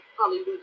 hallelujah